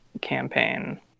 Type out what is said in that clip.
campaign